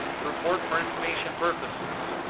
the report for information purposes.